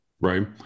right